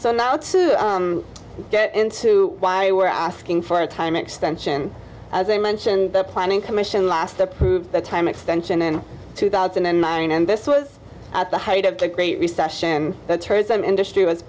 so now to get into why you were asking for a time extension as i mentioned the planning commission last approved the time extension in two thousand and nine and this was at the height of the great recession that's heard some industry was